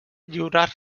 lliurar